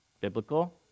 Biblical